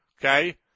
okay